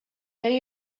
they